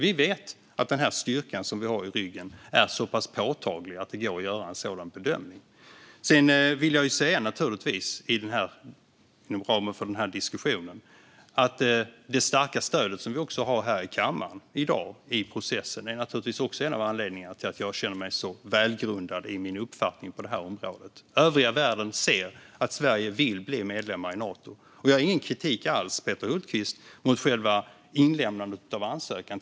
Vi vet att den styrka som vi har i ryggen är så pass påtaglig att det går att göra en sådan bedömning. Sedan vill jag säga, inom ramen för den här diskussionen, att det starka stöd i processen vi har här i kammaren i dag naturligtvis också är en av anledningarna till att jag känner mig så välgrundad i min uppfattning på det här området. Övriga världen ser att Sverige vill bli medlem i Nato. Jag har ingen kritik alls, Peter Hultqvist, mot själva inlämnandet av ansökan.